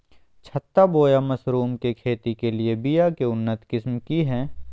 छत्ता बोया मशरूम के खेती के लिए बिया के उन्नत किस्म की हैं?